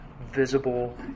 visible